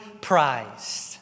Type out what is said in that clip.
prized